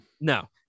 no